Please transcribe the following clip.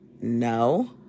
No